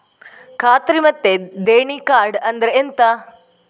ಖಾತ್ರಿ ಮತ್ತೆ ದೇಣಿ ಕಾರ್ಡ್ ಅಂದ್ರೆ ಎಂತ?